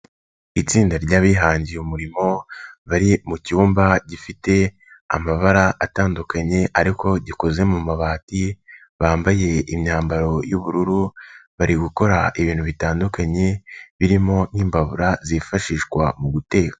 Itsinda ry'abihangiye umurimo bari mu cyumba gifite amabara atandukanye ariko gikoze mu mabati, bambaye imyambaro y'ubururu, bari gukora ibintu bitandukanye birimo n'imbabura zifashishwa mu guteka.